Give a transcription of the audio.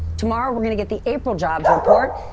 tomorrow, we're gonna get the april jobs report.